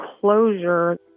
closure